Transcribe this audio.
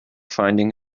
finding